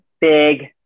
big